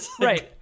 Right